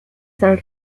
san